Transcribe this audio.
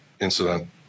incident